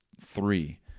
three